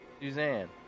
Suzanne